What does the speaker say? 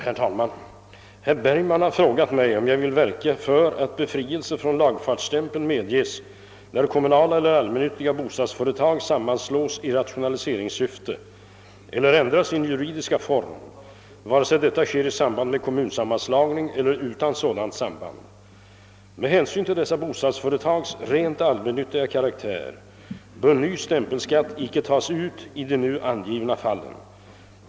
Herr talman! Herr Bergman har frågat mig, om jag vill verka för att befrielse från lagfartsstämpel medges, när kommunala eller allmännyttiga bostadsföretag sammanslås i rationaliseringssyfte eller ändrar sin juridiska form, vare sig detta sker i samband med kommunsammanslagning eller utan sådant samband. Med hänsyn till dessa bostadsföretags rent allmännyttiga karaktär bör ny stämpelskatt inte tas ut i de nu angivna fallen.